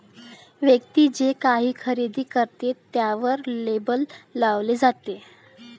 व्यक्ती जे काही खरेदी करते ते त्यावर लेबल लावले जाते